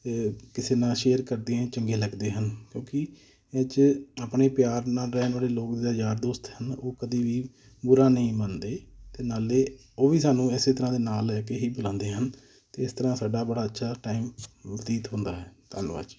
ਕਿਸੇ ਨਾਲ ਸ਼ੇਅਰ ਕਰਦੀਆਂ ਚੰਗੇ ਲੱਗਦੇ ਹਨ ਕਿਉਂਕੀ ਇਹ 'ਚ ਆਪਣੇ ਪਿਆਰ ਨਾਲ ਰਹਿਣ ਵਾਲੇ ਲੋਕ ਜਾਂ ਯਾਰ ਦੋਸਤ ਹਨ ਉਹ ਕਦੀ ਵੀ ਬੁਰਾ ਨਹੀਂ ਮੰਨਦੇ ਅਤੇ ਨਾਲੇ ਉਹ ਵੀ ਸਾਨੂੰ ਇਸੇ ਤਰ੍ਹਾਂ ਦੇ ਨਾਂ ਲੈ ਕੇ ਹੀ ਬੁਲਾਉਂਦੇ ਹਨ ਅਤੇ ਇਸ ਤਰ੍ਹਾਂ ਸਾਡਾ ਬੜਾ ਅੱਛਾ ਟਾਈਮ ਬਤੀਤ ਹੁੰਦਾ ਹੈ ਧੰਨਵਾਦ ਜੀ